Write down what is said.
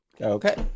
Okay